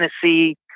Tennessee